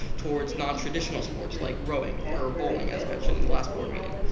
towards non traditional sports like rowing, or bowling, as mentioned, in the last board meeting.